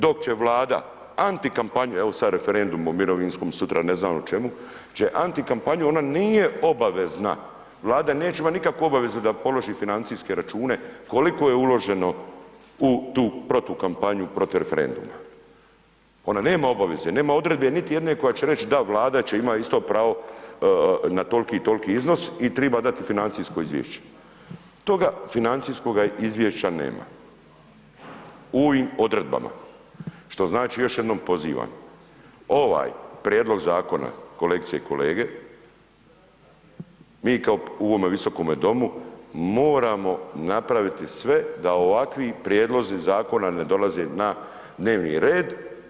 Dok će Vlada antikampanju, evo sad referendum o mirovinskom, sutra ne znam o čemu će antikampanju, ona nije obavezna, Vlada neće imati nikakvu obavezu da položi financijske račune koliko je uloženo u tu protukampanju protiv referenduma, ona nema obaveze, nema odredbe niti jedne koja će reć, da Vlada će, ima isto pravo na toliki i toliki iznos i triba dati financijsko izvješće, toga financijskoga izvješća nema u ovim odredbama, što znači, još jednom pozivam, ovaj prijedlog zakona, kolegice i kolege, mi kao u ovome Visokome domu, moramo napraviti sve da ovakvi prijedlozi zakona ne dolaze na dnevni red.